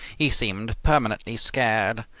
he seemed permanently scared.